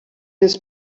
his